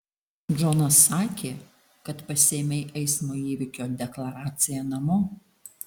džonas sakė kad pasiėmei eismo įvykio deklaraciją namo